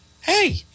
Hey